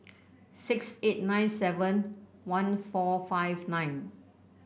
six eight nine seven one four five nine